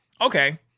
Okay